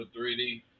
3D